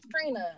Trina